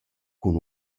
cun